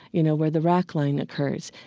you know, where the rack line occurs.